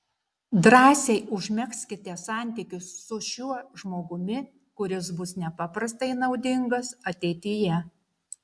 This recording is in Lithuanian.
drąsiai užmegzkite santykius su šiuo žmogumi kuris bus nepaprastai naudingas ateityje